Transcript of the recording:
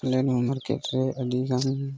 ᱟᱞᱮ ᱱᱚᱣᱟ ᱢᱟᱨᱠᱮᱴ ᱨᱮ ᱟᱹᱰᱤ ᱜᱟᱱ